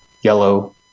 yellow